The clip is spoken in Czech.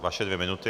Vaše dvě minuty.